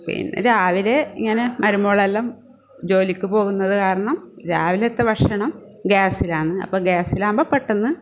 പിന്നെ രാവിലെ ഇങ്ങനെ മരുമകളെല്ലാം ജോലിയ്ക്ക് പോകുന്നത് കാരണം രാവിലത്തെ ഭക്ഷണം ഗ്യാസിലാണ് അപ്പം ഗ്യാസിലാകുമ്പം പെട്ടെന്ന്